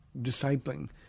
discipling